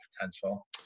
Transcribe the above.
potential